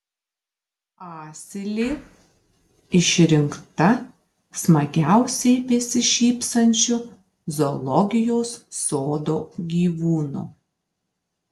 asilė išrinkta smagiausiai besišypsančiu zoologijos sodo gyvūnu